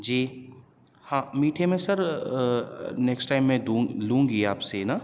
جی ہاں میٹھے میں سر نیکسٹ ٹائم میں دوں لوں گی آپ سے نہ